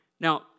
Now